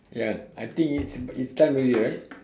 ya I think it's it's time already right